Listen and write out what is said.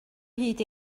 hyd